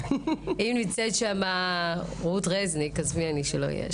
אם נמצאת שם רות רזניק, אז מי אני שאל אהיה שם?